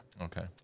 Okay